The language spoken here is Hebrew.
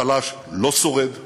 החלש לא שורד באזורנו,